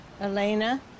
Elena